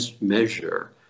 measure